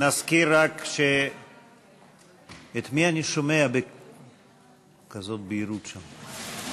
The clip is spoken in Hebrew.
נזכיר רק, את מי אני שומע בכזאת בהירות שם?